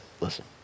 listen